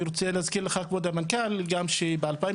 תארו לעצמכם שכל הפרוצדורה הזאת היא לא במקום אחד,